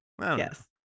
Yes